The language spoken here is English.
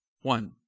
One